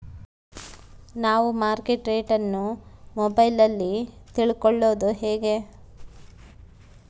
ನಾವು market rate ಅನ್ನು ಮೊಬೈಲಲ್ಲಿ ತಿಳ್ಕಳೋದು ಹೇಗೆ?